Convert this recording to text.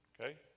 okay